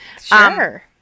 Sure